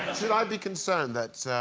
should i be concerned that ah,